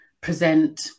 present